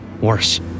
worse